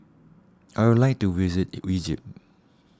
I would like to visit Egypt